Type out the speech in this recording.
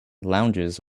lounges